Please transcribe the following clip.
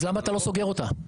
אז למה אתה לא סוגר אותה?